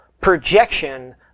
projection